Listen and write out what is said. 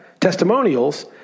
testimonials